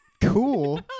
Cool